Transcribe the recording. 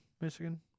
Michigan